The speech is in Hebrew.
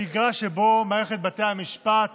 שגרה שבה מערכת בתי המשפט